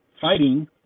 fighting